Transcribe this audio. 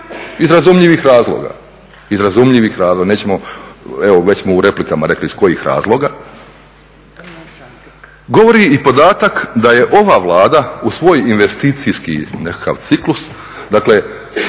iz razumljivih razloga, nećemo, evo već smo u replikama rekli iz kojih razloga govori i podatak da je ova Vlada u svoj investicijski nekakav ciklus, dakle